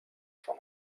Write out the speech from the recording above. schon